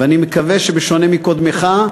ואני מקווה שבשונה מקודמך,